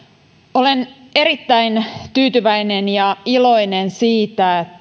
olen erittäin tyytyväinen ja iloinen siitä